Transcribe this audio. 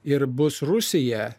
ir bus rusija